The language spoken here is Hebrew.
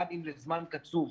גם אם לזמן קצוב,